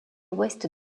ouest